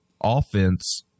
offense